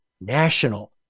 national